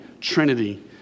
trinity